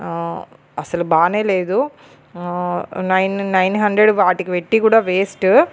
అస్సలు బాగానే లేదు నైన్ నైన్ హండ్రెడ్ వాటికి పెట్టి కూడా వేస్ట్